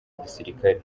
gisirikari